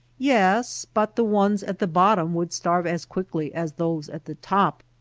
yes but the ones at the bottom would starve as quickly as those at the top.